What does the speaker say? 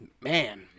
Man